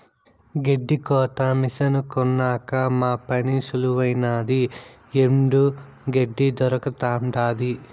గెడ్డి కోత మిసను కొన్నాక మా పని సులువైనాది ఎండు గెడ్డే దొరకతండాది